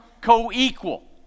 co-equal